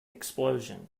explosion